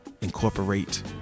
incorporate